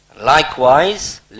likewise